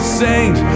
saint